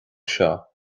seo